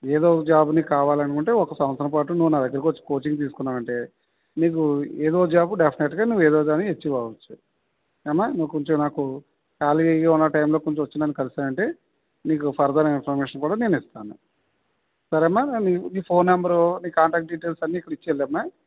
ఏదో ఒక జాబ్ నీకు కావాలనుకుంటే ఒక సంవత్సరం పాటు నువ్వు నా దగ్గరకు వచ్చి కోచింగ్ తీసుకున్నావంటే నీకు ఏదో ఒక జాబు డెఫనెట్గా నువ్వు ఏదో ఒకదాన్ని ఎచీవ్ అవచ్చు ఏ అమ్మ నువ్వు కొంచెం నాకు ఖాళీగా ఉన్న టైంలో కొంచెం వచ్చి నన్ను కలిశావంటే నీకు ఫర్దర్ ఇన్ఫర్మేషన్ కూడా నేను ఇస్తాను సరే అమ్మ నీ నీ ఫోన్ నెంబరు నీ కాంటాక్ట్ డీటెయిల్స్ అన్నీ ఇక్కడ ఇచ్చి వెళ్ళమ్మా